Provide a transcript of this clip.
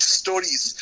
stories